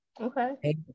Okay